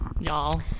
y'all